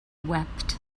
wept